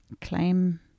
claim